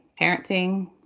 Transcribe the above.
parenting